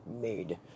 made